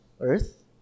earth